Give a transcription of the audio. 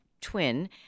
twin